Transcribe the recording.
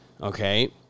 Okay